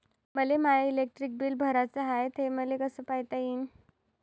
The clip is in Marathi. मले माय इलेक्ट्रिक बिल भराचं हाय, ते मले कस पायता येईन?